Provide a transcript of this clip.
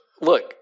Look